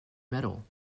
metal